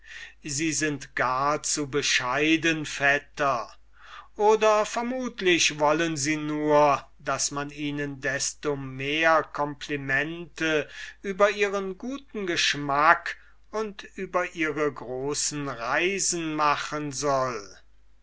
sie sind gar zu bescheiden demokritus oder vermutlich wollen sie nur daß man ihnen desto mehr complimente über ihren guten geschmack und über ihre großen reisen machen soll